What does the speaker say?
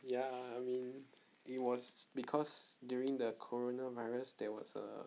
ya I mean it was because during the coronavirus there was err